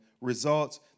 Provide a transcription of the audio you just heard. results